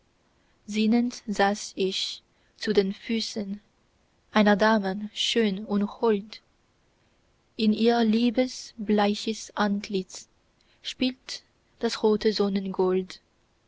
sinnend saß ich zu den füßen einer dame schön und hold in ihr liebes bleiches antlitz spielt das rote